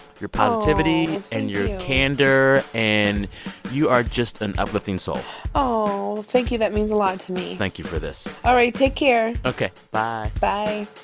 your positivity and your candor. and you are just an uplifting soul oh, thank you. that means a lot to me thank you for this all right. take care ok. bye bye